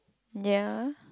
ya